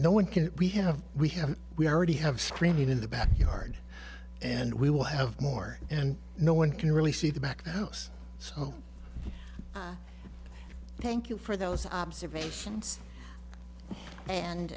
no one can we have we have we already have screened it in the backyard and we will have more and no one can really see the back the house so thank you for those observations and